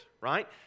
right